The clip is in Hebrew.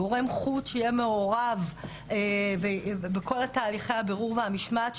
צריך שיהיה גורם חוץ שיהיה מעורב בכל תהליכי הבירור והמשמעת,